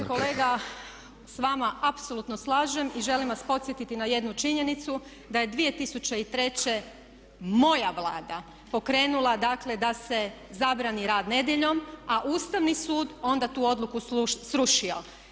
Ja se kolega s vama apsolutno slažem i želim vas podsjetiti na jedu činjenicu da je 2003. moja Vlada pokrenula dakle da se zabrani rad nedjeljom a Ustavni sud je onda tu odluku srušio.